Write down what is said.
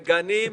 בגנים,